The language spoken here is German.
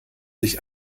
sich